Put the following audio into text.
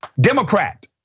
Democrat